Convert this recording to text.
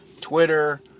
Twitter